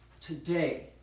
Today